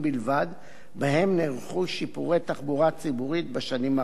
שבהם נערכו שיפורי תחבורה ציבורית בשנים האחרונות.